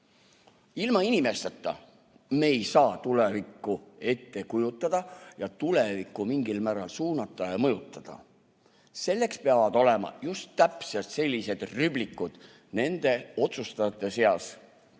ilma inimesteta me ei saa tulevikku ette kujutada ega seda mingilgi määral suunata ja mõjutada. Selleks peavad olema just täpselt sellised rüblikud nende otsustajate seas,